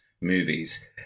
movies